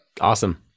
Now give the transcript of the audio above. Awesome